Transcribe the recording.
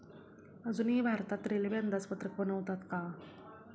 अजूनही भारतात रेल्वे अंदाजपत्रक बनवतात का?